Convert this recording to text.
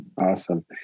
Awesome